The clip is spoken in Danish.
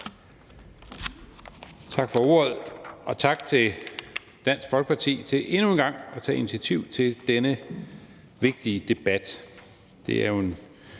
Tak for ordet. Og tak til Dansk Folkeparti for endnu en gang at tage initiativ til denne vigtige debat.